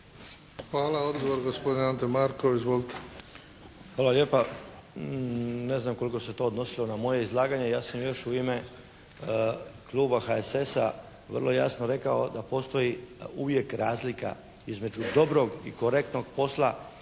Hvala. Odgovor, gospodin Ante Markov. Izvolite.